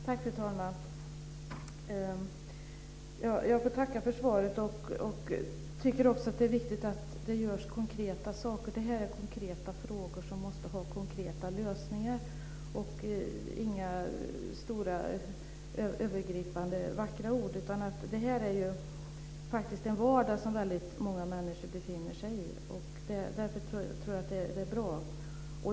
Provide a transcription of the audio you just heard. Fru talman! Jag får tacka för svaret. Jag tycker också att det är viktigt att det görs konkreta saker. Det här är konkreta frågor som måste ha konkreta lösningar och inte bara stora övergripande vackra ord. Det här är faktiskt en vardag som väldigt många människor befinner sig i. Därför tror jag detta är bra.